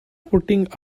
putting